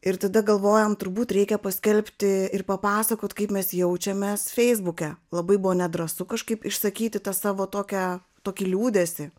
ir tada galvojam turbūt reikia paskelbti ir papasakot kaip mes jaučiamės feisbuke labai buvo nedrąsu kažkaip išsakyti tą savo tokią tokį liūdesį